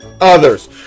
others